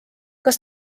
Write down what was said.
kas